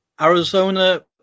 Arizona